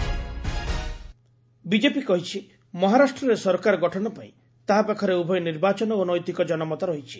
BJP ମହା BJP କହିଛି ମହାରାଷ୍ଟ୍ରରେ ସରକାର ଗଠନପାଇଁ ତାହା ପାଖରେ ଉଭୟ ନିର୍ବାଚନ ଓ ନୈତିକ ଜନମତ ରହିଛି